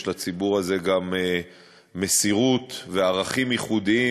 יש לציבור הזה גם מסירות וערכים ייחודיים,